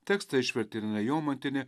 tekstą išvertė irena jomantienė